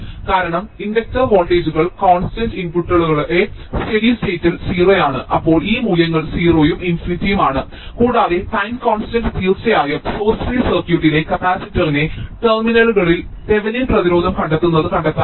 കാരണം ഇൻഡക്റ്റർ വോൾട്ടേജുകൾ കോൺസ്റ്റന്റ് ഇൻപുട്ടുകളുള്ള സ്റ്റേഡി സ്റ്റേറ്റ്ൽ 0 ആണ് അപ്പോൾ ഈ മൂല്യങ്ങൾ 0 ഉം ∞ ഉം ആണ് കൂടാതെ ടൈം കോൺസ്റ്റന്റ് തീർച്ചയായും സോഴ്സ് ഫ്രീ സർക്യൂട്ടിലെ കപ്പാസിറ്ററിന്റെ ടെർമിനലുകളിൽ തെവെനിൻ പ്രതിരോധം കണ്ടെത്തുന്നത് കണ്ടെത്താനാകും